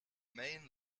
main